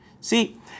See